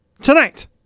tonight